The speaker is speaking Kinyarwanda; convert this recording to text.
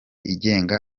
igenga